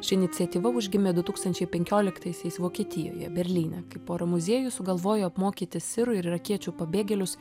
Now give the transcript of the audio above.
ši iniciatyva užgimė du tūkstančiai penkioliktaisiais vokietijoje berlyne kai pora muziejų sugalvojo apmokyti sirų ir irakiečių pabėgėlius